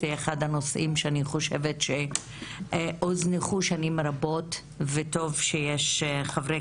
זה אחד הנושאים שאני חושבת שהוזנחו שנים רבות וטוב שיש חברי